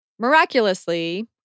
Miraculously